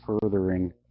furthering